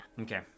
Okay